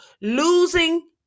losing